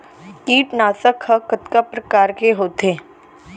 कीटनाशक ह कतका प्रकार के होथे?